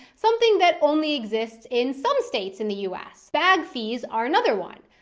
something that only exists in some states in the u s. bag fees are another one.